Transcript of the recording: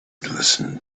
listened